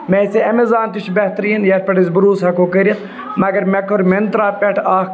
ویسے اٮ۪مٮ۪زان تہِ چھِ بہتریٖن یَتھ پٮ۪ٹھ أسۍ بٔروٗسہ ہٮ۪کو کٔرِتھ مگر مےٚ کٔر مِنترٛرا پٮ۪ٹھ اَکھ